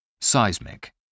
Seismic